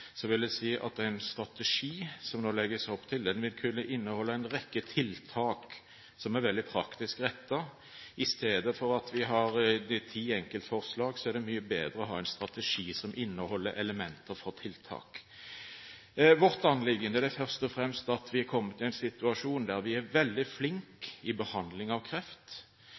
så konstruktiv måte. Senterpartiet har ikke lyst til å lage noen ny plan, slik det ligger an per i dag. Som en liten hilsen til Fremskrittspartiet vil jeg si at en strategi, som det nå legges opp til, vil kunne innholde en rekke tiltak som er veldig praktisk rettet. I stedet for at vi har ti enkeltforslag, er det mye bedre å ha en strategi som inneholder elementer for tiltak. Vårt anliggende er først og fremst at vi har kommet i